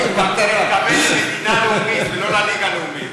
הוא מתכוון למדינה לאומית